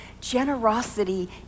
Generosity